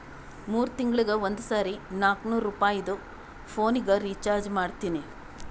ಮೂರ್ ತಿಂಗಳಿಗ ಒಂದ್ ಸರಿ ನಾಕ್ನೂರ್ ರುಪಾಯಿದು ಪೋನಿಗ ರೀಚಾರ್ಜ್ ಮಾಡ್ತೀನಿ